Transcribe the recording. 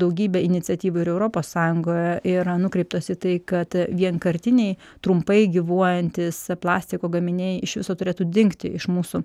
daugybė iniciatyvų ir europos sąjungoje yra nukreiptos į tai kad vienkartiniai trumpai gyvuojantys plastiko gaminiai iš viso turėtų dingti iš mūsų